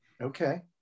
Okay